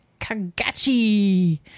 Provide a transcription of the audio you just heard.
Kagachi